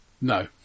No